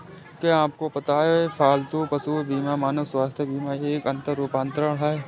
क्या आपको पता है पालतू पशु बीमा मानव स्वास्थ्य बीमा का एक रूपांतर है?